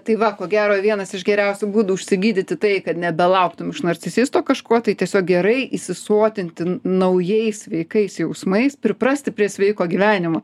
tai va ko gero vienas iš geriausių būdų užsigydyti tai kad nebelauktum iš narcisisto kažko tai tiesiog gerai įsisotinti naujais sveikais jausmais priprasti prie sveiko gyvenimo